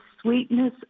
sweetness